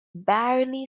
barely